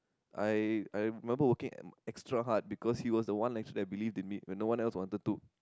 I I remember working extra hard because he was the one lecturer that I believe in me you know one else I wanted to